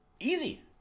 Easy